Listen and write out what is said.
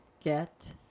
get